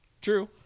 true